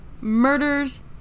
murders